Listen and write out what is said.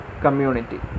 community